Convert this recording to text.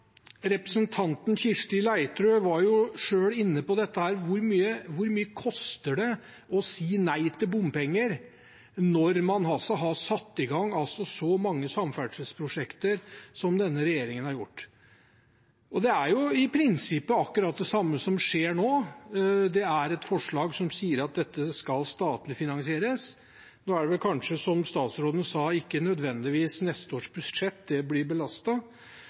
Representanten Kirsti Leirtrø var selv inne på dette: Hvor mye koster det å si nei til bompenger når man har satt i gang så mange samferdselsprosjekter som denne regjeringen har gjort? Det er i prinsippet akkurat det samme som skjer nå; det er et forslag som sier at dette skal være statlig finansiert. Nå er det vel kanskje, som statsråden sa, ikke nødvendigvis i neste års budsjett det blir